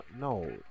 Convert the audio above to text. No